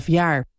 jaar